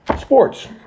sports